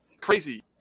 crazy